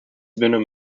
been